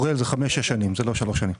אוראל, זה חמש-שש שנים, זה לא שלוש שנים.